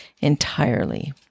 entirely